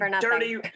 dirty